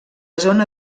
zona